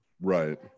right